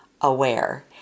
Aware